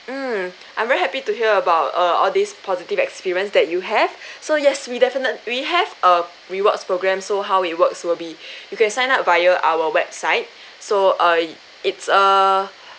mm I'm very happy to hear about err all these positive experience that you have so yes we definite we have a rewards programme so how it works will be you can sign up via our website so uh it's a